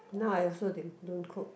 now I also didn~ don't cook